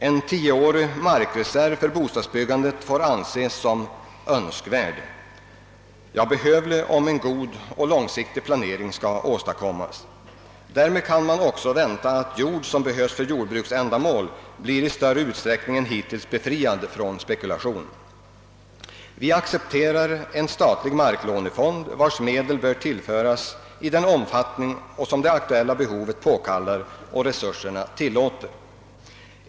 En tioårig markreserv för bostadsbyggandet får anses som önskvärd, ja, behövlig, om en god och långsiktig planering skall åstadkommas. Därmed kan man också vänta att jord som behövs för jordbruksändamål i större utsträckning än hittills blir befriad från spekulation. Vi accepterar en statlig marklånefond, vars medel bör användas i den omfattning det aktuella behovet påkallar och resurserna tillåter.